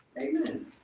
Amen